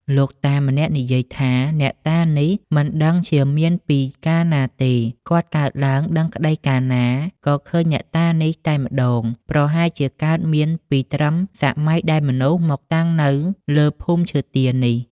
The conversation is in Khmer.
លោកតា ម្នាក់និយាយថា អ្នកតានេះមិនដឹងជាមានពីកាលណាទេ គាត់កើតឡើងដឹងក្តីកាលណា ក៏ឃើញអ្នកតានេះ តែម្តង ប្រហែលជាកើតមានពីត្រឹមសម័យដែលមនុស្ស មកតាំងនៅលើភូមិមឈើទាលនេះ ។